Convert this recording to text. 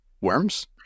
worms